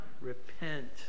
repent